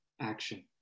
action